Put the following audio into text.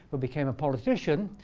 who became a politician